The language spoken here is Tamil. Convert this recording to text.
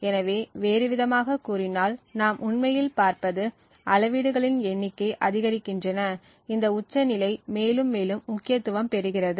எனவே வேறுவிதமாகக் கூறினால் நாம் உண்மையில் பார்ப்பது அளவீடுகளின் எண்ணிக்கை அதிகரிக்கின்றன இந்த உச்சநிலை மேலும் மேலும் முக்கியத்துவம் பெறுகிறது